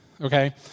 okay